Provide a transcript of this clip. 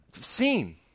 seen